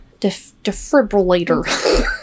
Defibrillator